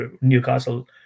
Newcastle